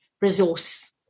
resource